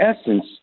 essence